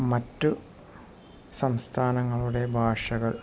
മറ്റ് സംസ്ഥാനങ്ങളുടെ ഭാഷകൾ